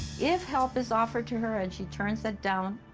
if help is offered to her and she turns it down,